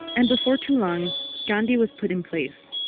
and before too long gandhi was put in place.